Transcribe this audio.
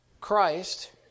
Christ